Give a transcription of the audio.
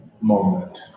moment